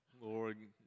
Lord